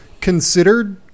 Considered